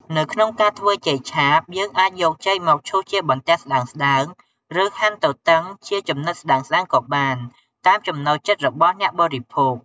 នៅក្នុងការធ្វើចេកឆាប យើងអាចយកចេកមកឈូសជាបន្ទះស្ដើងៗ ឬហាន់ទទឹងជាចំណិតស្ដើងៗក៏បាន តាមចំណូលចិត្តរបស់អ្នកបរិភោគ។